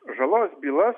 žalos bylas